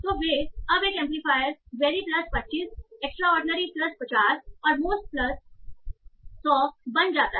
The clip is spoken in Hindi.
तो वे अब एक amplifier very plus 25 extraordinary plus 50 और मोस्ट प्लस 100 बन जाता है